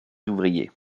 ouvriers